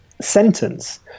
sentence